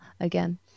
again